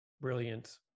brilliant